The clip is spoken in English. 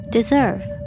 Deserve